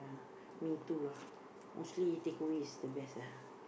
me too lah mostly you take away is the best ah